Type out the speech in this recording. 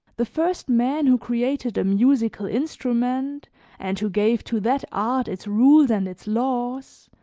the first man who created a musical instrument and who gave to that art its rules and its laws,